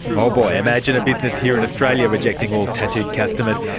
oh boy, imagine a business here in australia rejecting all tattooed customers!